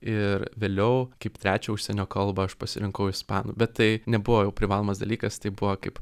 ir vėliau kaip trečią užsienio kalbą aš pasirinkau ispanų bet tai nebuvo jau privalomas dalykas tai buvo kaip